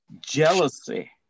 Jealousy